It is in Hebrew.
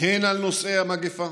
הן על נושאי המגפה